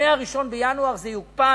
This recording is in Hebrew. מ-1 בינואר זה יוקפא.